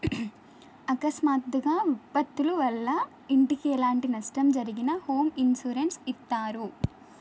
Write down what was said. అకస్మాత్తుగా విపత్తుల వల్ల ఇంటికి ఎలాంటి నష్టం జరిగినా హోమ్ ఇన్సూరెన్స్ ఇత్తారు